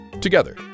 together